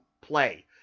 play